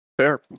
fair